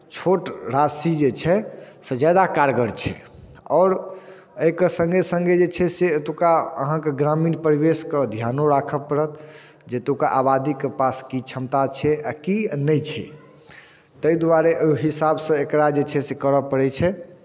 छोट राशि जे छै से ज्यादा कारगर छै आओर एहिके सङ्गे सङ्गे जे छै से एतुक्का अहाँके ग्रामीण परिवेशके ध्यानो राखय पड़त जे एतुक्का आबादीके पास की क्षमता छै आ की नहि छै ताहि दुआरे ओहि हिसाबसँ एकरा जे छै से करय पड़ैत छै